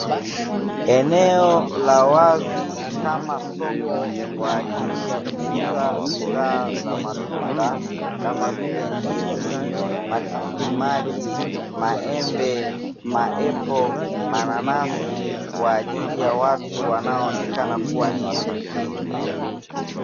Eneo la wazi kama soko kwaajili ya kuuza bidhaa za matunda kama vile ndizi, matikiti maji, maembe, maepo, mananasi kwaajili ya watu wanaoonekana kuwa ni wasafiri.